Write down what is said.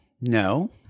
no